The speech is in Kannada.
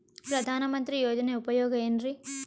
ಪ್ರಧಾನಮಂತ್ರಿ ಯೋಜನೆ ಉಪಯೋಗ ಏನ್ರೀ?